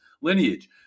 lineage